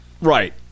Right